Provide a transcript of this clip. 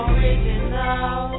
Original